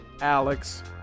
Alex